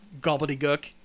gobbledygook